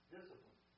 Discipline